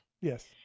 Yes